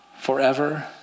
forever